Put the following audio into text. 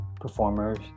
performers